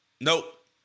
Nope